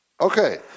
Okay